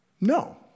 No